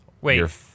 wait